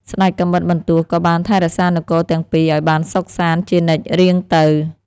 ស្ដេចកាំបិតបន្ទោះក៏បានថែរក្សានគរទាំងពីរឱ្យបានសុខសប្បាយជានិច្ចរៀងទៅ។